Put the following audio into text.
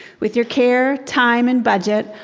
with your care, time and budget,